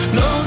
no